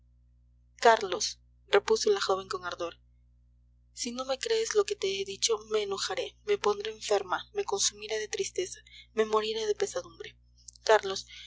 carlos repuso la joven con ardor si no me crees lo que te he dicho me enojaré me pondré enferma me consumiré de tristeza me moriré de pesadumbre carlos